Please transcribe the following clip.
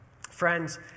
Friends